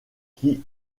qui